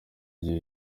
gihe